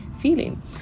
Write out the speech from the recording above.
feeling